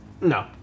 No